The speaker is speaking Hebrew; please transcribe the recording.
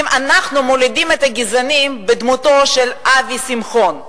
אם אנחנו מולידים את הגזענים בדמותו של אבי שמחון.